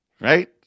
Right